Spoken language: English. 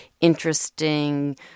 interesting